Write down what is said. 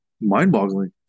mind-boggling